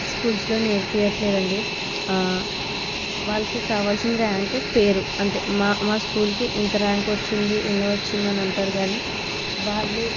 స్కూల్లో నేర్పియట్లేదండి వాళ్ళకి కావాల్సింది ర్యాంకు పేరు అంతే మా మా స్కూల్కి ఇంత ర్యాంకు వచ్చింది ఇలా వచ్చింది అని అంటారు కానీ వాళ్ళు